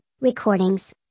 recordings